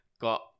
got